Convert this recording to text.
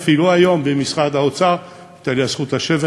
היום במשרד האוצר הייתה לי הזכות לשבת